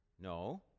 No